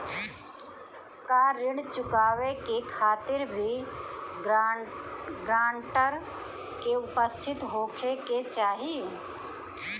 का ऋण चुकावे के खातिर भी ग्रानटर के उपस्थित होखे के चाही?